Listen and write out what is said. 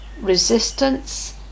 resistance